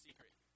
Secret